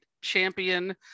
Champion